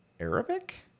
arabic